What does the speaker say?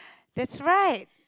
that's right